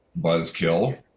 buzzkill